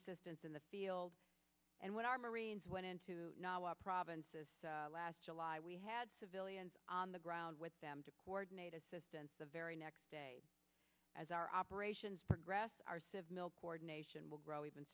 assistance in the field and when our marines went into the provinces last july we had civilians on the ground with them to coordinate assistance the very next day as our operations progress arse of mil coordination will grow even